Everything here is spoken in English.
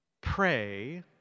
pray